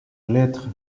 lettre